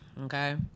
Okay